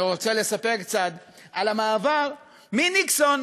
אני רוצה לספר קצת על המעבר מניקסון